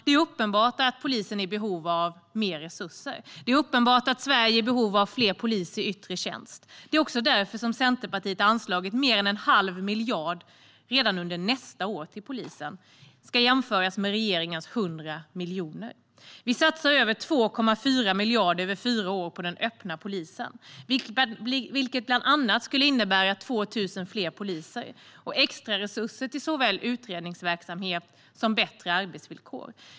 Det är uppenbart att polisen är i behov av mer resurser, och det är uppenbart att Sverige är i behov av fler poliser i yttre tjänst. Det är också därför Centerpartiet har anslagit mer än en halv miljard till polisen redan under nästa år, vilket ska jämföras med regeringens 100 miljoner. Vi satsar över 2,4 miljarder över fyra år på den öppna polisen, vilket bland annat skulle innebära 2 000 fler poliser och extraresurser till såväl utredningsverksamhet som bättre arbetsvillkor.